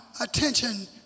attention